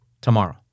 tomorrow